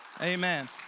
Amen